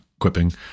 quipping